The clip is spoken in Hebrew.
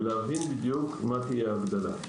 ולהבין בדיוק מה תהיה ההגדלה.